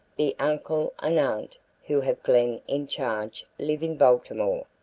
the uncle and aunt who have glen in charge live in baltimore.